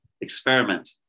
experiment